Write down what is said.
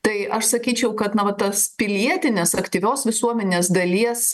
tai aš sakyčiau kad na va tas pilietinės aktyvios visuomenės dalies